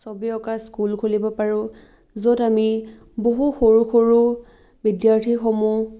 ছবি অঁকা স্কুল খুলিব পাৰোঁ য'ত আমি বহু সৰু সৰু বিদ্যাৰ্থীসমূহ